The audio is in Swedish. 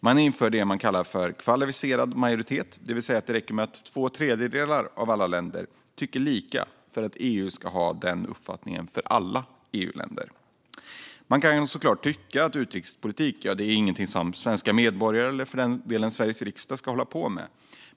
Man vill införa så kallad kvalificerad majoritet, det vill säga att det räcker med att två tredjedelar av alla länder tycker lika för att EU ska bestämma att den uppfattningen gäller för alla EU-länder. Man kan såklart tycka att utrikespolitik, det är inget som enskilda svenska medborgare eller för den delen Sveriges riksdag ska hålla på med.